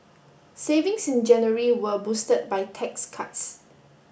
savings in January were boosted by tax cuts